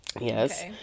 yes